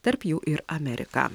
tarp jų ir amerika